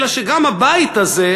אלא שגם הבית הזה,